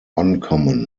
uncommon